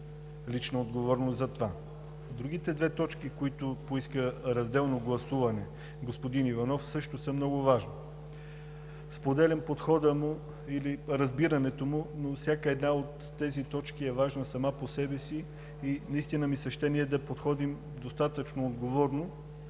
лична отговорност за това. Другите две точки, за които господин Иванов поиска разделно гласуване, също са много важни. Споделям подхода му или разбирането му – всяка една от тези точки е важна сама по себе си, и наистина ми се ще ние да подходим достатъчно отговорно